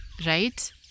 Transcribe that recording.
Right